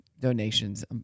donations